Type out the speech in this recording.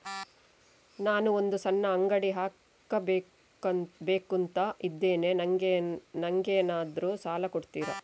ನಾನು ಒಂದು ಸಣ್ಣ ಅಂಗಡಿ ಹಾಕಬೇಕುಂತ ಇದ್ದೇನೆ ನಂಗೇನಾದ್ರು ಸಾಲ ಕೊಡ್ತೀರಾ?